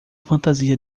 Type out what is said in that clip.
fantasia